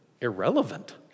Irrelevant